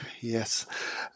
Yes